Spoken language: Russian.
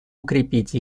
укрепить